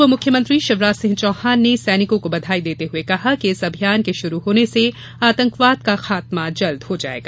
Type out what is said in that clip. पूर्व मुख्यमंत्री शिवराज सिंह चौहान ने सैनिकों बधाई देते हुये कहा कि इस अभियान के शुरू होने से आंतकवाद का खात्मा जल्द हो जायेगा